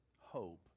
hope